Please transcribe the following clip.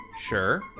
Sure